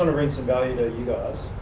and read some value guys.